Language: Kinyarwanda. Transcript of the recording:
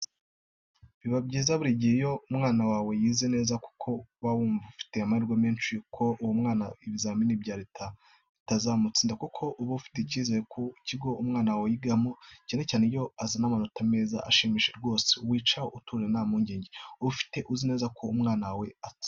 Biba byiza buri gihe iyo umwana wawe yize neza kuko uba wumva ufite amahirwe menshi ko uwo mwana ibizamini bya Leta bitamutsinda kuko uba ufitiye icyizere ku kigo umwana wawe yigamo, cyane cyane iyo azana amanota meza ashimishije rwose, wicara utuje nta mpungenge ufite uzi neza ko umwana zatsinda.